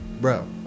bro